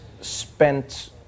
spent